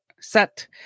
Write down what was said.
set